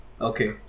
Okay